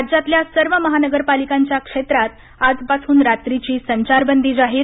राज्यातल्या सर्व महानगरपालिकांच्या क्षेत्रात आजपासून रात्रीची संचारबंदी जाहीर